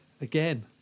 again